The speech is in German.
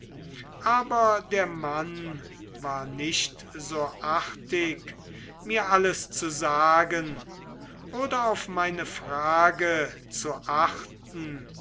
aber der mann war nicht so artig mir alles zu sagen oder auf meine frage zu achten